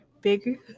bigger